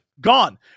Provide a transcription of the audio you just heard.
gone